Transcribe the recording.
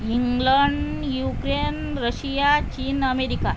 England Ukraine Russia चीन America